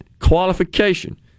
qualification